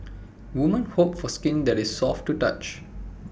women hope for skin that is soft to touch